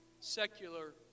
secular